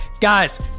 guys